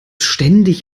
ständig